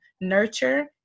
nurture